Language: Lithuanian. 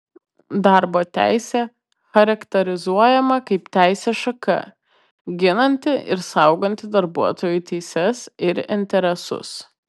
darbo teisė charakterizuojama kaip teisės šaka ginanti ir sauganti darbuotojų teises ir interesus